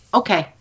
okay